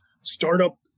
startup